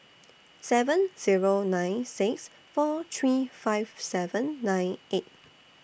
seven Zero nine six four three five seven nine eight